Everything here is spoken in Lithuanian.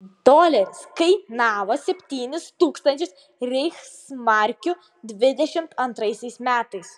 doleris kainavo septynis tūkstančius reichsmarkių dvidešimt antraisiais metais